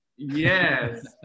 Yes